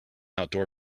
outdoor